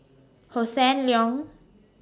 Hossan Leong